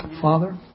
Father